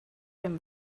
dem